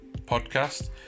podcast